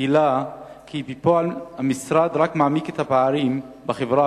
וגילה כי בפועל המשרד רק מעמיק את הפערים בחברה,